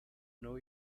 new